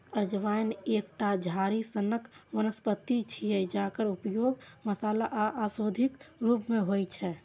अजवाइन एकटा झाड़ी सनक वनस्पति छियै, जकर उपयोग मसाला आ औषधिक रूप मे होइ छै